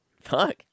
Fuck